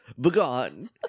Begone